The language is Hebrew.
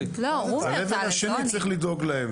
הלבל השני, צריך לדאוג להם.